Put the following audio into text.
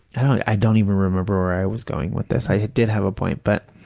i don't even remember where i was going with this. i did have a point, but